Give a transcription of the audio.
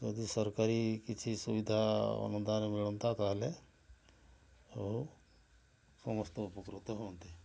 ଯଦି ସରକାରୀ କିଛି ସୁବିଧା ଅନୁଦାନ ମିଳନ୍ତା ତା'ହେଲେ ଆଉ ସମସ୍ତେ ଉପକୃତ ହୁଅନ୍ତେ